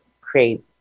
create